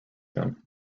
then